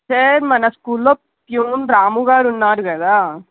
sir మన స్కూల్లో peon Ramu గారు ఉన్నారు కదా